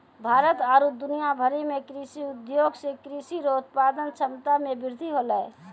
भारत आरु दुनिया भरि मे कृषि उद्योग से कृषि रो उत्पादन क्षमता मे वृद्धि होलै